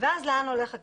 ואז לאן הולך הכסף?